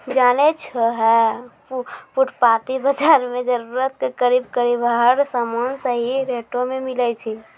जानै छौ है फुटपाती बाजार मॅ जरूरत के करीब करीब हर सामान सही रेटो मॅ मिलै छै